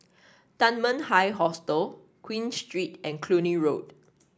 Dunman High Hostel Queen Street and Cluny Road